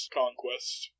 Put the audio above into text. conquest